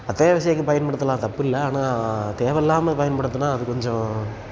அத்தியாவசியத்துக்கு பயன்படுத்தலாம் தப்பில்லை ஆனால் தேவையில்லாம பயன்படுத்தினா அது கொஞ்சம்